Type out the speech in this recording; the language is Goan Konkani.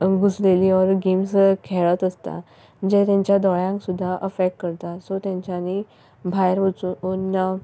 घुसलेलीं ऑर गेम्स खेळत आसता जे तेंच्या दोळ्यांक सुद्दां अफॅक्ट करता सो तेंच्यानी भायर वचू उन्या